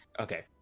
Okay